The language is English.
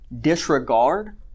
disregard